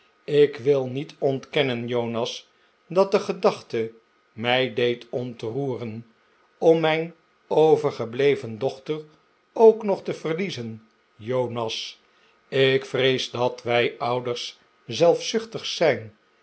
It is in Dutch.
ik wil niet ontkennen jonas dat de gedachte mij deed ontroeren om mijn overgebleven dochter ook nog te verliezen jonas ik vrees dat wij ouders zelfzuchtig zijn